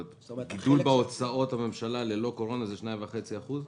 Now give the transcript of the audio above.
גידול בהוצאות הממשלה ללא קורונה זה 2.5%?